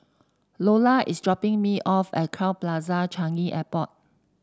Lolla is dropping me off at Crowne Plaza Changi Airport